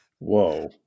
whoa